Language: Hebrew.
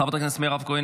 חברת הכנסת מירב כהן,